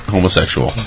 homosexual